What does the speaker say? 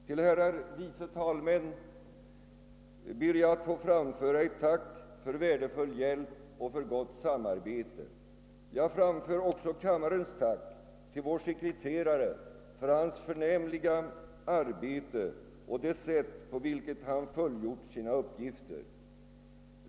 Till herrar vice talmän ber jag att få framföra ett tack för värdefull hjälp och för gott samarbete. Jag framför också kammarens tack till vår sekreterare för hans förnämliga arbete och för det sätt på vilket han fullgjort sina uppgifter.